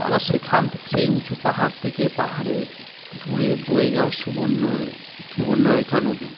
আবার সেখান থেকে সেই উঁচু পাহাড় থেকে পাহাড়ের দূরে বয়ে যাওয়া সুবর্ণ সুবর্ণরেখা নদী